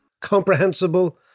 comprehensible